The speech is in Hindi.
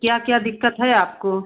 क्या क्या दिक़्क़त है आपको